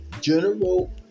general